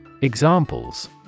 Examples